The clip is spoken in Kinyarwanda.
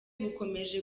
bukomeje